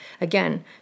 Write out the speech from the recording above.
Again